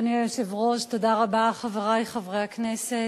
אדוני היושב-ראש, תודה רבה, חברי חברי הכנסת,